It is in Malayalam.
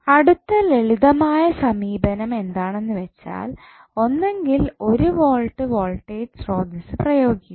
അടുത്ത ലളിതമായ സമീപനം എന്താണെന്നുവെച്ചാൽ ഒന്നെങ്കിൽ ഒരു വോൾട്ട് വോൾട്ടേജ് സ്രോതസ്സ് പ്രയോഗിക്കുക